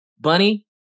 Bunny